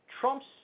Trump's